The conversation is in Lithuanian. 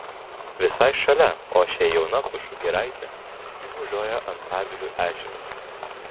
visai šalia ošia jauna pušų giraitė tyvuliuoja antavilių ežeras